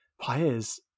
players